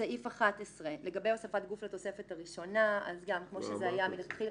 סעיף 11 לגבי הוספת גוף לתוספת הראשונה -- כבר אמרת את זה.